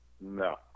No